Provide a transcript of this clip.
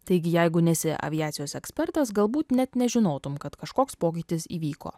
taigi jeigu nesi aviacijos ekspertas galbūt net nežinotum kad kažkoks pokytis įvyko